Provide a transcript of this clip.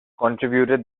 contributed